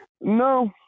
No